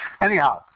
Anyhow